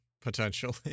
potentially